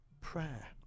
Prayer